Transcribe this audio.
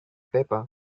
paper